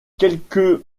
quelques